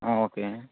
okay